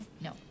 No